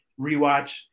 rewatch